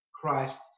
Christ